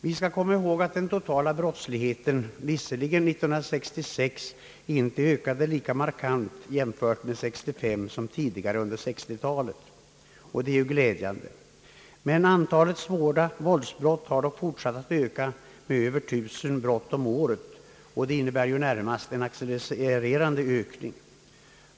Vi skall komma ihåg att den totala brottsligheten visserligen inte ökade lika markant 1966, jämfört med 1965, som tidigare under 1960-talet, och det är glädjande. Men antalet svåra våldsbrott har fortsatt att öka med över 1 000 brott om året, och det innebär ju närmast en «accelererande ökning.